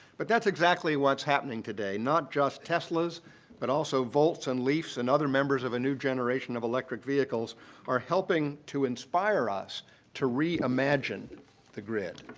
but that's exactly what's happening today, not just tesla's but also volts and leafs and other members of a new generation of electric vehicles are helping to inspire us to re-imagine the grid.